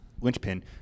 linchpin